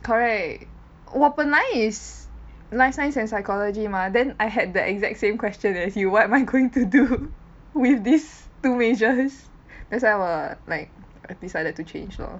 correct 我本来 is life science and psychology mah then I had the exact same question as you what am I going to do with this two majors that's why 我 like decided to change lor